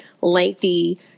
lengthy